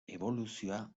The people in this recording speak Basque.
eboluzioa